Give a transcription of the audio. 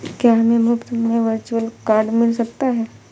क्या हमें मुफ़्त में वर्चुअल कार्ड मिल सकता है?